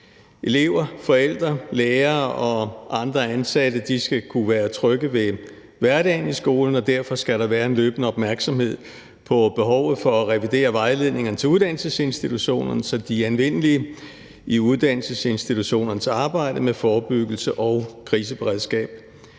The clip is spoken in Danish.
Elever, forældre, lærere og andre ansatte skal kunne være trygge ved hverdagen i skolen, og der skal derfor være en løbende opmærksomhed på behovet for at revidere vejledningerne til uddannelsesinstitutionerne, så de er anvendelige i uddannelsesinstitutionernes arbejde med forebyggelse og kriseberedskab.